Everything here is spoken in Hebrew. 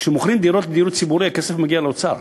כשמוכרים דירות בדיור הציבורי הכסף מגיע לאוצר.